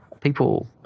people